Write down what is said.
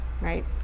right